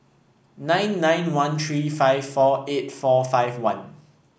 nine nine one three five four eight four five one